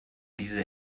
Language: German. diese